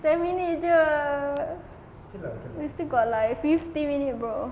ten minute jer we still got like fifty minute bro